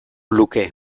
luke